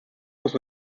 muss